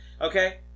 Okay